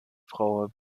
frau